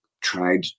tried